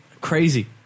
crazy